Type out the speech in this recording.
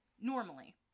normally